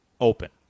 open